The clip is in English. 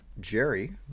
Jerry